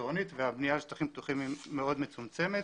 עירונית והבנייה על שטחים פתוחים היא מאוד מצומצמת